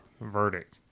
verdict